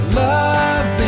love